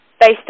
based